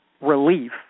relief